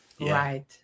right